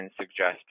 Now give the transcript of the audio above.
suggest